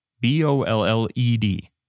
B-O-L-L-E-D